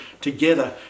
together